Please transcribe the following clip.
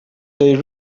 they